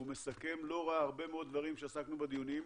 הוא מסכם הרבה מאוד מהדברים שעסקנו בדיונים.